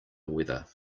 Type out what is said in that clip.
weather